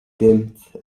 dimmed